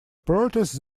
protests